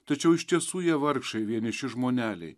tačiau iš tiesų jie vargšai vieniši žmoneliai